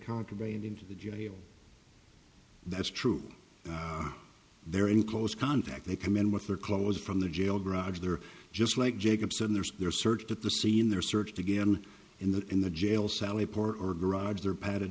contraband into the jail that's true they're in close contact they come in with their clothes from the jail garage there just like jacob said there's there searched at the scene there searched again in the in the jail sally port or garage there padded